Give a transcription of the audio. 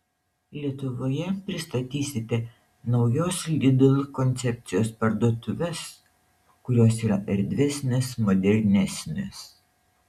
lietuvoje pristatysite naujos lidl koncepcijos parduotuves kurios yra erdvesnės modernesnės